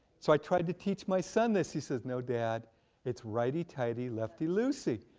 so i tried to teach my son this, he says no dad it's righty tighty, lefty loosey.